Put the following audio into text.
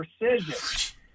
precision